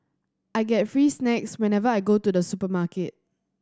I get free snacks whenever I go to the supermarket